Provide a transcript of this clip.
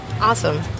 Awesome